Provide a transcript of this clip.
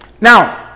Now